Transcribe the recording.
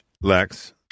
Lex